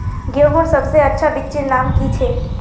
गेहूँर सबसे अच्छा बिच्चीर नाम की छे?